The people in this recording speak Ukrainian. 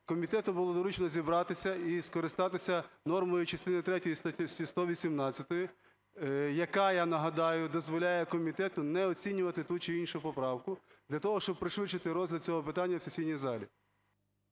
комітету було доручено зібратися і скористатися нормою частини третьої статті 118, яка, я нагадаю, дозволяє комітету не оцінювати ту чи іншу поправку для того, щоб пришвидши розгляд цього питання у сесійній залі.